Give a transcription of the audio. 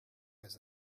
was